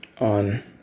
on